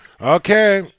Okay